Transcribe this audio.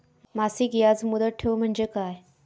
मासिक याज मुदत ठेव म्हणजे काय?